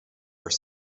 are